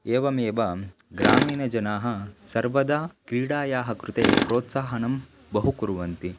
एवमेव ग्रामीणजनाः सर्वदा क्रीडायाः कृते प्रोत्साहनं बहु कुर्वन्ति